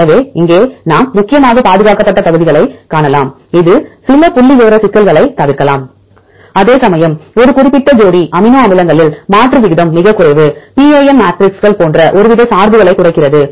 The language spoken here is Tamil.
எனவே இங்கே நாம் முக்கியமாக பாதுகாக்கப்பட்ட பகுதிகளைக் காணலாம் இது சில புள்ளிவிவர சிக்கல்களைத் தவிர்க்கலாம் அதேசமயம் ஒரு குறிப்பிட்ட ஜோடி அமினோ அமிலங்களில் மாற்று விகிதம் மிகக் குறைவு பிஏஎம் மேட்ரிக்ஸிகள் போன்ற ஒருவித சார்புகளைக் குறைக்கிறது